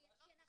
כי אנחנו